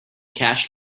cash